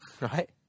right